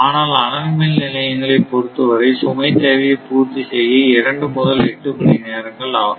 ஆனால் அனல் மின் நிலையங்களை பொருத்தவரை சுமை தேவையை பூர்த்தி செய்ய 2 முதல் 8 மணி நேரங்கள் ஆகும்